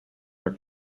are